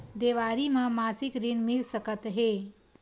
देवारी म मासिक ऋण मिल सकत हे?